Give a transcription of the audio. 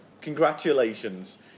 Congratulations